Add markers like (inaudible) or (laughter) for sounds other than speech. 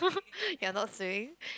(laughs) you are not saying